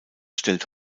stellt